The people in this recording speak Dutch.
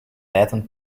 bijtend